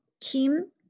Kim